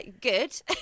Good